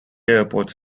airports